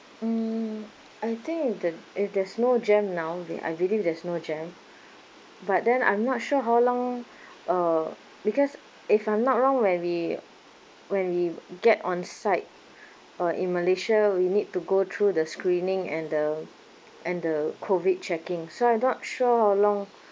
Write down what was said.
mm I think the if there's no jam now rea~ uh really there's no jam but then I'm not sure how long uh because if I'm not wrong when we when we get on site or in malaysia we need to go through the screening and the and the COVID checking so I'm not sure how long